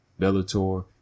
Bellator